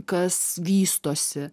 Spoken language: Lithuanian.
kas vystosi